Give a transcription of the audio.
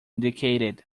indicated